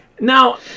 Now